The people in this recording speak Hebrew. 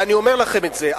אני אומר לכם את זה.